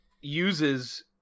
uses